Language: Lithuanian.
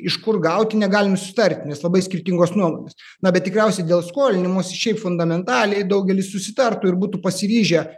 iš kur gauti negalim susitarti nes labai skirtingos nuomonės na bet tikriausiai dėl skolinimosi šiaip fundamentaliai daugelis susitartų ir būtų pasiryžę